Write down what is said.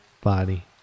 body